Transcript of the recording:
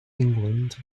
england